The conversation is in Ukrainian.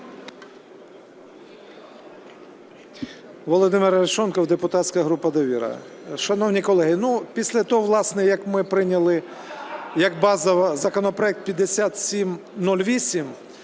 Володимир Арешонков, депутатська група "Довіра". Шановні колеги, після того, власне, як ми прийняли як базово законопроект 5708,